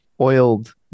oiled